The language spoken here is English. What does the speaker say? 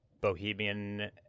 bohemian